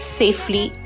safely